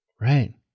Right